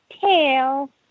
tail